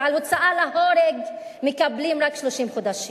ועל הוצאה להורג מקבלים רק 30 חודשים.